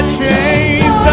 chains